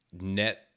net